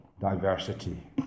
diversity